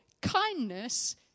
kindness